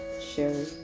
sherry